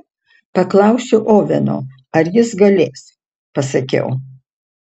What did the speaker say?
paklausiu oveno ar jis galės pasakiau